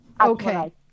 Okay